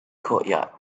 courtyard